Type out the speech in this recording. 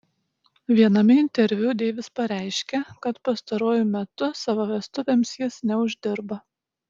viename interviu deivis pareiškė kad pastaruoju metu savo vestuvėms jis neuždirba